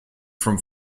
from